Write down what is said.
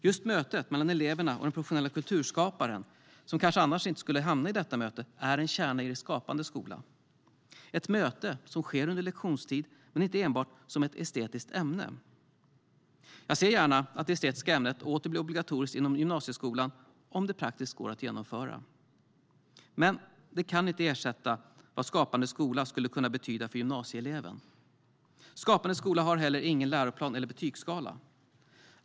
Just mötet mellan eleverna och den professionella kulturskaparen, som annars kanske inte skulle hamna i detta möte, är en kärna i Skapande skola. Det är ett möte som sker under lektionstid men inte enbart som ett estetiskt ämne. Jag ser gärna att det estetiska ämnet åter blir obligatoriskt inom gymnasieskolan, om det praktiskt går att genomföra. Men det kan inte ersätta vad Skapande skola skulle kunna betyda för gymnasieeleven. Skapande skola har heller ingen läroplan eller betygsskala.